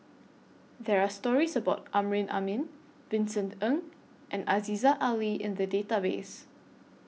There Are stories about Amrin Amin Vincent Ng and Aziza Ali in The Database